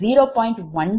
12 ஆக மாறும்